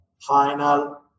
final